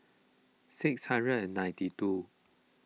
six hundred ninety two